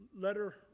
letter